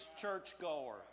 churchgoer